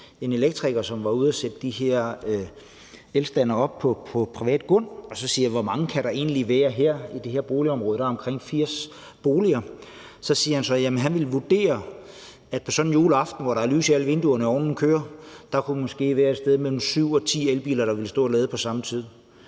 en elektriker, som var ude at sætte de elstandere op på en privat grund, og så spørger jeg: Hvor mange kan der egentlig være tilsluttet i det her boligområde, hvor der er omkring 80 boliger? Så siger han, at han vil vurdere, at på en juleaften, hvor der er lys i alle vinduerne og ovnen kører, kan der måske være et sted mellem syv og ti elbiler, der kan lade på samme tid.